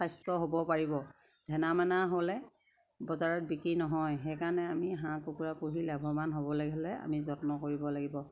স্বাস্থ্য হ'ব পাৰিব ধেনা মেনা হ'লে বজাৰত বিক্ৰী নহয় সেইকাৰণে আমি হাঁহ কুকুৰা পুহি লাভৱান হ'বলে হ'লে আমি যত্ন কৰিব লাগিব